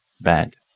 Bad